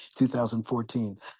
2014